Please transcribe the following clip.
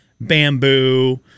bamboo